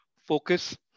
focus